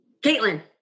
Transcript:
Caitlin